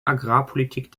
agrarpolitik